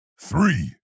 three